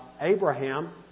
Abraham